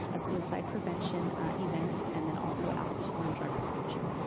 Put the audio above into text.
a suicide prevention event, and then also alcohol and drug prevention.